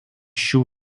šių